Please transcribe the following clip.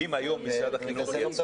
אני לא שמעתי